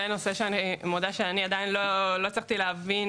זה נושא שאני מודה שעדיין לא הצלחתי להבין,